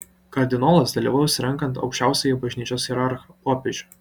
kardinolas dalyvaus renkant aukščiausiąjį bažnyčios hierarchą popiežių